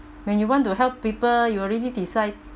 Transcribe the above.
when you want to help people you already decide